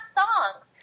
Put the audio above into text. songs